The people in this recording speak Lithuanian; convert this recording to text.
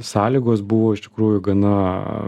sąlygos buvo iš tikrųjų gana